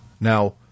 now